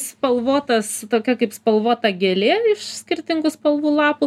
spalvotas tokia kaip spalvota gėlė iš skirtingų spalvų lapų